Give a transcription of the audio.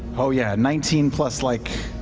oh yeah, nineteen plus like,